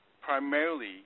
primarily